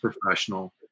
professional